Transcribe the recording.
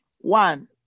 one